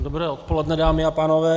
Dobré odpoledne, dámy a pánové.